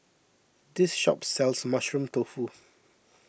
this shop sells Mushroom Tofu